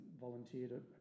volunteered